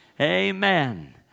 Amen